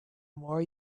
more